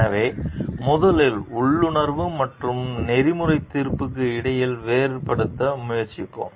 எனவே முதலில் உள்ளுணர்வு மற்றும் நெறிமுறை தீர்ப்புக்கு இடையில் வேறுபடுத்த முயற்சிப்போம்